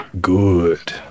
Good